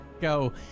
go